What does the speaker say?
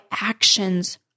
actions